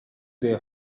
their